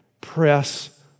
Press